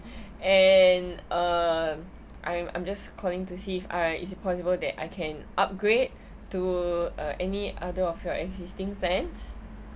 and uh I'm I'm just calling to see if uh is it possible that I can upgrade to uh any other of your existing plans